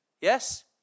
Yes